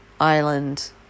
Island